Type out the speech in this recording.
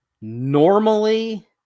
normally